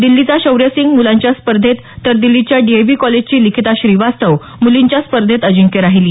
दिल्लीचा शौर्य सिंग मुलांच्या स्पर्धेत तर दिल्लीच्या डीएव्ही कॉलेजची लिखिता श्रीवास्तव मुलींच्या स्पर्धेत अजिंक्य राहिली